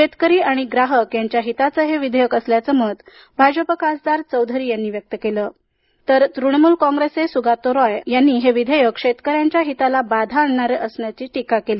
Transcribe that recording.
शेतकरी आणि ग्राहक यांच्या हिताचे हे विधेयक असल्याचं मत भाजप खासदार चौधरी यांनी व्यक्त केल तर तृणमूल कॉंग्रेसचे सुगातो रोय यांनी हे विधेयक शेतकऱ्यांच्या हिताला बाधा आणणारे असल्याची टीका केली